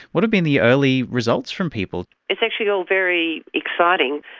what have been the early results from people? it's actually all very exciting.